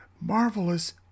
marvelous